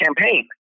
campaign